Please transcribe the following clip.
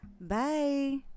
bye